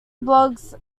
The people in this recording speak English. blogs